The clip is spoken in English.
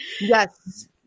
Yes